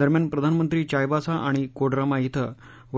दरम्यान प्रधानमंत्री चा विशसा आणि कोडरमा क्वे